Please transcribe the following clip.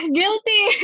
guilty